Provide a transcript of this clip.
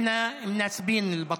(אומר בערבית: אנחנו משושלת אל-בטוף.)